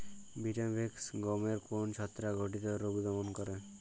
Vitavax গমের কোন ছত্রাক ঘটিত রোগ দমন করে?